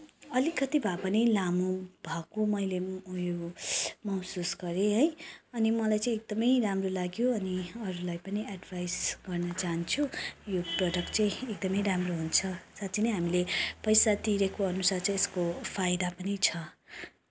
अलिकति भए पनि लामो भएको मैले उयो महसुस गरेँ है अनि मलाई चाहिँ एकदमै राम्रो लाग्यो अनि अरूलाई पनि एडभाइस गर्न चाहन्छु यो प्रडक्ट चाहिँ एकदमै राम्रो हुन्छ साँच्चि नै हामीले पैसा तिरेको अनुसार चाहिँ यसको फाइदा पनि छ